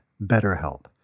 BetterHelp